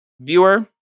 viewer